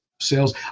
sales